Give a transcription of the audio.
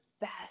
best